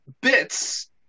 bits